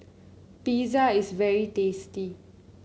pizza is very tasty